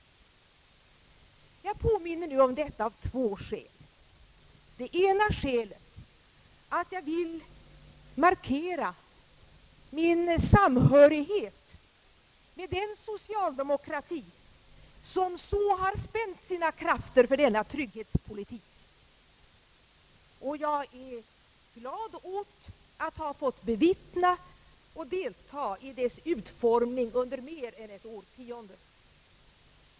Jag påminner om detta av två skäl. Det ena skälet är att jag vill markera min samhörighet med den socialdemokrati som så har spänt sina krafter för denna trygghetspolitik, och jag är glad åt att ha fått bevittna och delta i dess utformning under mer än ett årtionde.